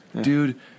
dude